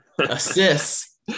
assists